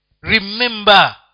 remember